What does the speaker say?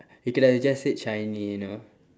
you could have just said shiny you know